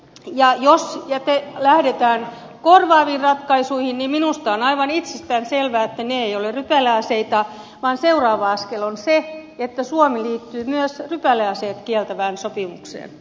ja jos lähdetään korvaaviin ratkaisuihin niin minusta on aivan itsestään selvää että ne eivät ole rypäleaseita vaan seuraava askel on se että suomi liittyy myös rypäleaseet kieltävään sopimukseen